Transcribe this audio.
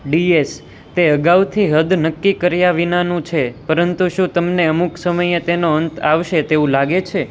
D S તે અગાઉથી હદ નક્કી કર્યા વિનાનું છે પરંતુ શું તમને અમુક સમયે તેનો અંત આવશે તેવું લાગે છે